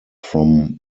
from